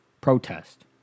Protest